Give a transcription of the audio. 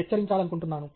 హెచ్చరించాలనుకుంటున్నాను